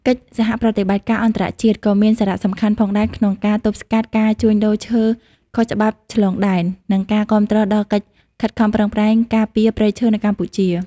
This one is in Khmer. កិច្ចសហប្រតិបត្តិការអន្តរជាតិ ក៏មានសារៈសំខាន់ផងដែរក្នុងការទប់ស្កាត់ការជួញដូរឈើខុសច្បាប់ឆ្លងដែន និងការគាំទ្រដល់កិច្ចខិតខំប្រឹងប្រែងការពារព្រៃឈើនៅកម្ពុជា។